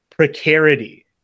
precarity